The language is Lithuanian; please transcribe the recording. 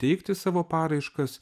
teikti savo paraiškas